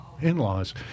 in-laws